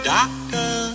Doctor